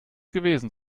gewesen